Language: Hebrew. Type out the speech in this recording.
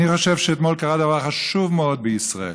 אני חושב שאתמול קרה דבר חשוב מאוד בישראל.